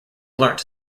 learnt